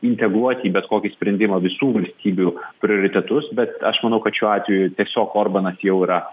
integruoti į bet kokį sprendimą visų valstybių prioritetus bet aš manau kad šiuo atveju tiesiog orbanas jau yra